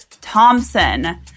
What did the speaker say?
Thompson